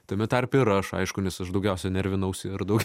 tame tarpe ir aš aišku nes aš daugiausia nervinausi ir daug